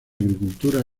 agricultura